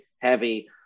heavy